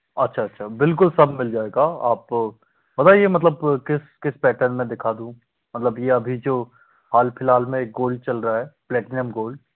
अच्छा अच्छा बिल्कुल सब मिल जाएगा आप बताइए मतलब किस किस पैटर्न में दिखा दूँ मतलब ये अभी जो हाल फ़िलहाल में एक गोल्ड चल रहा है प्लैटिनम गोल्ड